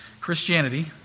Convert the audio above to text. Christianity